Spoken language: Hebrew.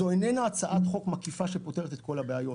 זו איננה הצעת חוק מקיפה שפותרת את כל הבעיות.